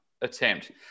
attempt